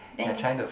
then you